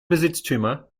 besitztümer